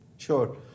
Sure